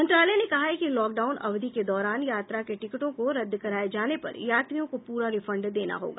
मंत्रालय ने कहा है कि लॉकडाउन अवधि के दौरान यात्रा के टिकटों के रद्द कराए जाने पर यात्रियों को पूरा रिफंड देना होगा